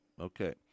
Okay